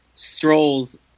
strolls